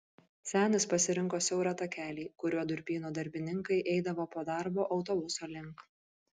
senis pasirinko siaurą takelį kuriuo durpyno darbininkai eidavo po darbo autobuso link